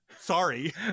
Sorry